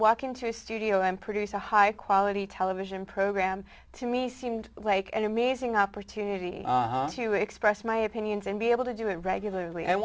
walk into a studio and produce a high quality television program to me seemed like an amazing opportunity to express my opinions and be able to do it regularly